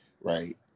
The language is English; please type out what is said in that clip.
right